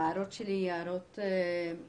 ההערות שלי הן הערות מקומיות,